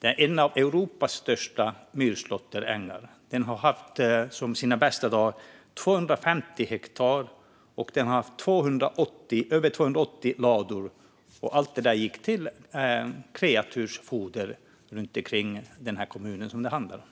Det är en av Europas största myrslåtterängar. Den var under sina bästa dagar 250 hektar och hade över 280 lador. Allt detta gick till kreatursfoder runt omkring i den kommun det handlar om.